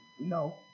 No